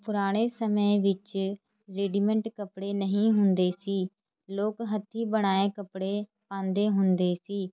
ਪੁਰਾਣੇ ਸਮੇਂ ਵਿੱਚ ਰੈਡੀਮੈਂਟ ਕੱਪੜੇ ਨਹੀਂ ਹੁੰਦੇ ਸੀ ਲੋਕ ਹੱਥੀ ਬਣਾਏ ਕੱਪੜੇ ਪਾਉਂਦੇ ਹੁੰਦੇ ਸੀ